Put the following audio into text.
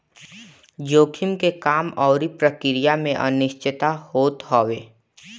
जोखिम के काम अउरी प्रक्रिया में अनिश्चितता होत हवे